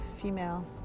female